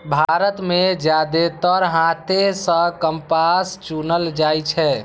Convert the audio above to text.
भारत मे जादेतर हाथे सं कपास चुनल जाइ छै